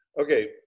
Okay